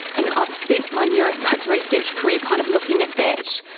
and i've spent my neuroscience research career kind of looking at that,